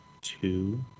two